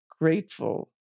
grateful